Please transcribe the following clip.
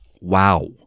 Wow